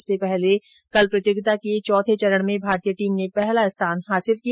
इससे पहले कल प्रतियोगिता के चौथे चरण में भारतीय टीम ने पहला स्थान हासिल किया